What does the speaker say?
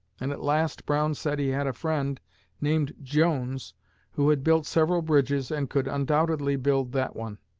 and at last brown said he had a friend named jones who had built several bridges, and could undoubtedly build that one.